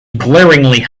glaringly